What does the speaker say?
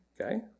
Okay